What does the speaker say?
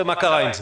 ומה קרה עם זה?